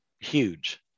huge